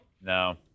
no